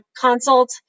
consult